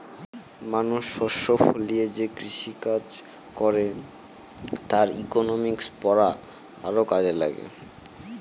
মানুষ শস্য ফলিয়ে যে কৃষিকাজ করে তার ইকনমিক্স পড়া আরও কাজে লাগে